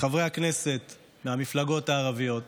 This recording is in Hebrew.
חברי הכנסת מהמפלגות הערביות